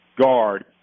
guard